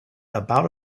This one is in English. about